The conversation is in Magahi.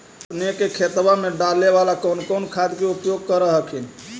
अपने के खेतबा मे डाले बाला कौन कौन खाद के उपयोग कर हखिन?